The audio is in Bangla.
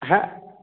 হ্যাঁ